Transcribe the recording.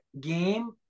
game